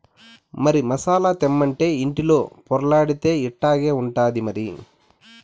మరి మసాలా తెమ్మంటే ఇంటిలో పొర్లాడితే ఇట్టాగే ఉంటాది మరి